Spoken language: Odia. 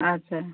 ଆଚ୍ଛା